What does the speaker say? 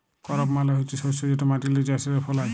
করপ মালে হছে শস্য যেট মাটিল্লে চাষীরা ফলায়